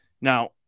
Now